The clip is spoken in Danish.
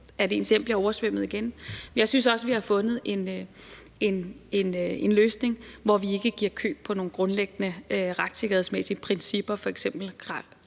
at deres hjem bliver oversvømmet igen. Jeg synes også, at vi har fundet en løsning, hvor vi ikke giver køb på nogle grundlæggende retssikkerhedsmæssige principper, f.eks.